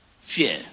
fear